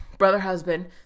brother-husband